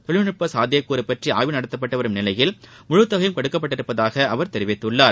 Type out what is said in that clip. தொழில்நுட்ப சாத்தியக்கூறுபற்றி ஆய்வு நடத்தப்பட்டு வரும் நிலையில் முழுத்தொகையும் கொடுக்கப்பட்டுள்ளதாக அவர் தெரிவித்துள்ளார்